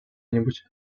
нибудь